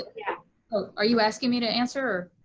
yeah are you asking me to answer,